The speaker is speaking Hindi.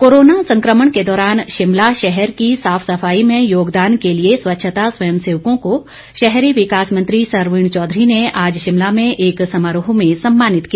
कोरोना संकमण के दौरान शिमला शहर की साफ सफाई में योगदान के लिए स्वच्छता स्वयं सेवकों को शहरी विकास मंत्री सरवीण चौधरी ने आज शिमला में एक समारोह में सम्मानित किया